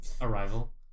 Arrival